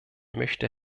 möchte